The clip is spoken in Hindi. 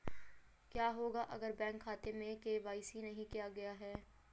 क्या होगा अगर बैंक खाते में के.वाई.सी नहीं किया गया है?